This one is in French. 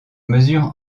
mesure